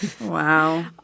Wow